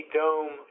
dome